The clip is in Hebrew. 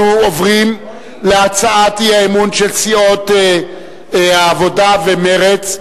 אנחנו עוברים להצעת האי-אמון של סיעות העבודה ומרצ,